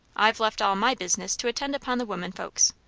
i've left all my business to attend upon the women folks.